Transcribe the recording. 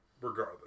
regardless